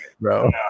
bro